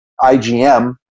IgM